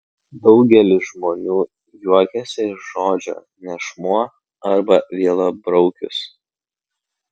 daugelis žmonių juokiasi iš žodžio nešmuo arba vielabraukis